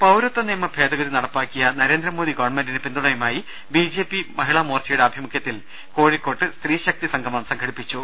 ദേദ പൌരത്വ നിയമ ഭേദഗതി നടപ്പാക്കിയ നരേന്ദ്രമോദി ഗവൺമെന്റിന് പിന്തണയുമായി ബിജെപി മഹിളാ മോർച്ചയുടെ ആഭിമുഖ്യത്തിൽ കോഴിക്കോട് സ്ത്രീശക്തി സംഗമം സംഘടിപ്പിച്ചു